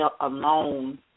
alone